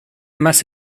mas